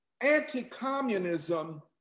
anti-communism